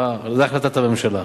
זו החלטת הממשלה.